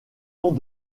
ont